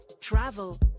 travel